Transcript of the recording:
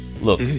Look